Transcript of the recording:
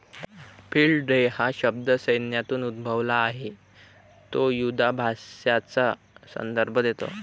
field day हा शब्द सैन्यातून उद्भवला आहे तो युधाभ्यासाचा संदर्भ देतो